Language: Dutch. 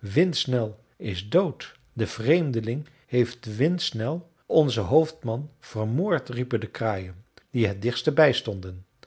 windsnel is dood de vreemdeling heeft windsnel onzen hoofdman vermoord riepen de kraaien die het dichtste bij stonden